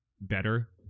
better